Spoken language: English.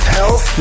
health